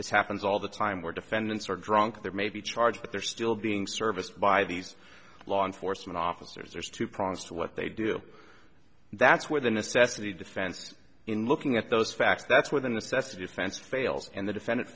this happens all the time where defendants are drunk there may be charged but they're still being serviced by these law enforcement officers there's two prongs to what they do that's where the necessity defense in looking at those facts that's where the necessity offense fails and the defendant